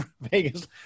Vegas